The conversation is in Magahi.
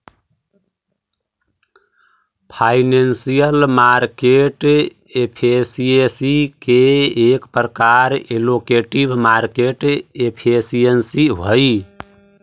फाइनेंशियल मार्केट एफिशिएंसी के एक प्रकार एलोकेटिव मार्केट एफिशिएंसी हई